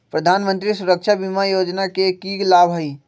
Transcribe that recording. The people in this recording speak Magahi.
प्रधानमंत्री सुरक्षा बीमा योजना के की लाभ हई?